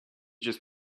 just